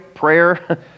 Prayer